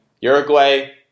Uruguay